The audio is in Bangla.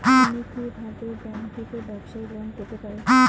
আমি কি কিভাবে ব্যাংক থেকে ব্যবসায়ী লোন পেতে পারি?